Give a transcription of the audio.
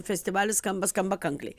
festivalis skamba skamba kankliai